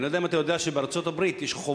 אני לא יודע אם אתה יודע שבארצות-הברית יש חובה